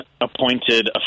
appointed